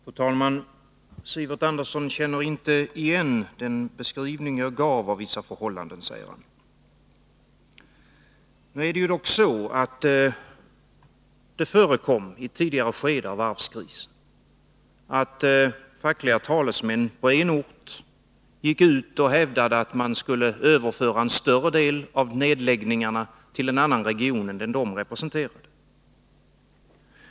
Fru talman! Sivert Andersson känner inte igen den beskrivning jag gav av vissa förhållanden, säger han. Nu förekom det dock i ett tidigare skede av varvskrisen att fackliga talesmän på en ort gick ut och hävdade att man skulle överföra en större del av nedläggningarna till en annan region än den som de själva representerade.